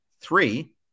Three